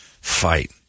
fight